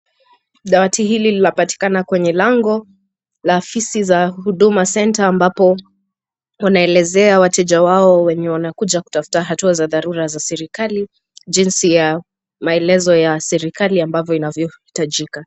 Dawati hili linapatikana kwenye lango la afisi za Huduma Centre ambapo wanaelezea wateja wanakuja kutafuta hatua za dharaura za serikali jinsi ya maelezo ya serikali ambavyo yanavyoitajika .